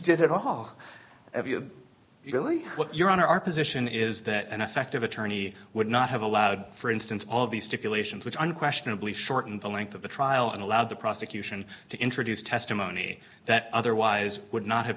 did it all you really what your honor our position is that an effective attorney would not have allowed for instance all of these stipulations which on questionably shorten the length of the trial and allow the prosecution to introduce testimony that otherwise would not have